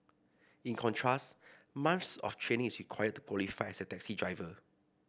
in contrast months of training is required to qualify as a taxi driver